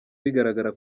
bigaragara